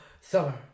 summer